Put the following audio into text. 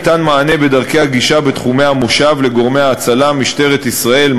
ניתן מענה בדרכי הגישה בתחומי המושב לגורמי ההצלה: משטרת ישראל,